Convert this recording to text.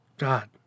God